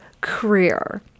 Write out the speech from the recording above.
career